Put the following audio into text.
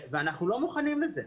אנחנו לא מוכנים לזה.